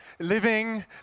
Living